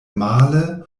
male